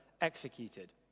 executed